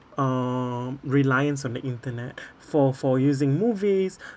um reliance on the internet for for using movies